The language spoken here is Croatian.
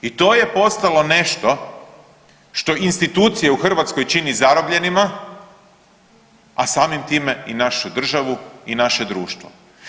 I to je postalo nešto što institucije u Hrvatskoj čini zarobljenima, a samim time i našu državu i naše društvo.